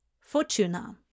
Fortuna